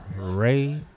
ray